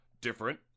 different